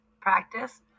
practice